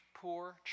poor